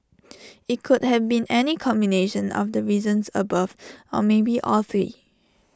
IT could have been any combination of the reasons above or maybe all three